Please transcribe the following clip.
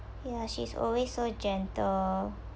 yeah she's always so gentle